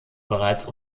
bereits